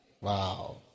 Wow